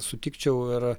sutikčiau ir